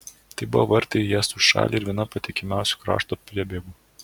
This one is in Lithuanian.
tai buvo vartai į estų šalį ir viena patikimiausių krašto priebėgų